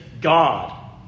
God